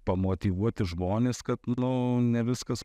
pamotyvuoti žmones kad nu ne viskas